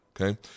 Okay